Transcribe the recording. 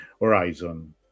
horizon